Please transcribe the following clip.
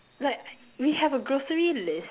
like we have a grocery list